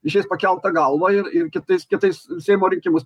išeis pakelta galva ir ir kitais kitais seimo rinkimus